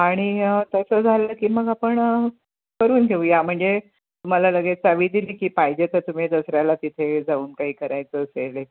आणि तसं झालं की मग आपण करून घेऊया म्हणजे तुम्हाला लगेच चावी दिली की पाहिजे तसं तुम्ही दसऱ्याला तिथे जाऊन काही करायचं असेल एक